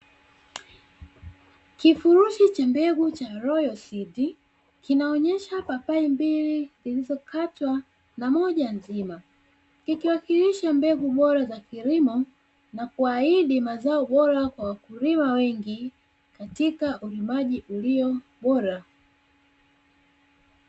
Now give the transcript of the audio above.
Kifurushi cha mbegu cha (royal seed) kikionesha papai mbili zilizokatwa na moja mzima, kikiwakilisha mbegu bora za kilimo na kuahidi mazao bora kwa wakulima wengi katika ulimaji ulio bora.